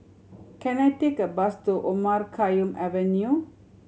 can I take a bus to Omar Khayyam Avenue